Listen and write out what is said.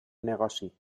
negoci